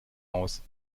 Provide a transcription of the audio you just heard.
aus